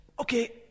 Okay